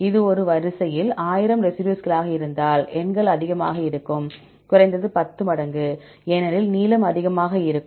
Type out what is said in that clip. இது ஒரு வரிசையில் 1000 ரெசிடியூஸ்களாக இருந்தால் எண்கள் அதிகமாக இருக்கும் குறைந்தது 10 மடங்கு ஏனெனில் நீளம் அதிகமாக இருக்கும்